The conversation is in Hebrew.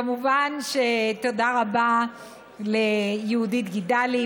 כמובן שתודה רבה ליהודית גידלי,